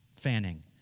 fanning